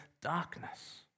darkness